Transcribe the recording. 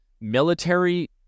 military